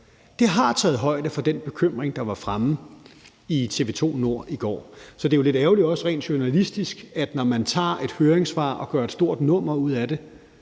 her, har taget højde for den bekymring, der var fremme i TV 2 Nord i går. Så det er jo lidt ærgerligt, også rent journalistisk, at man, når man tager et høringssvar og gør et stort nummer ud af det